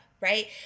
right